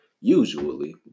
usually